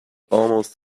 almost